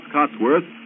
Cotsworth